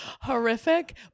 horrific